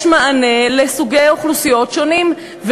יש מענה לסוגי אוכלוסיות שונים.